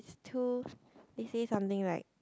is too they say something like